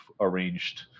arranged